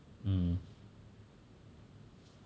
um